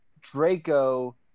Draco